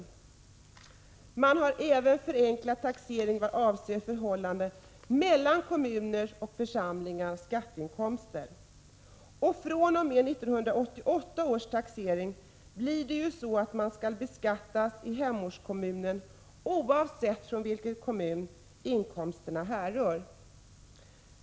Man har även förenklat taxeringen vad avser förhållandet mellan kommunernas och församlingarnas skatteinkomster. fr.o.m. 1988 års taxering blir det ju så att man skall beskattas i hemortskommunen oavsett från vilken kommun inkomsterna härrör.